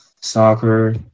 soccer